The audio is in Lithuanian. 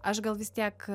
aš gal vis tiek